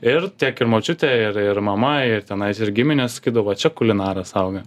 ir tiek ir močiutė ir ir mama ir tenais ir giminės sakydavo va čia kulinaras auga